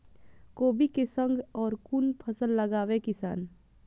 कोबी कै संग और कुन फसल लगावे किसान?